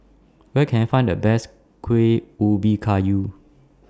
Where Can I Find The Best Kueh Ubi Kayu